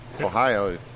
Ohio